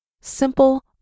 simple